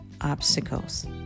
obstacles